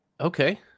Okay